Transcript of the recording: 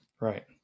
Right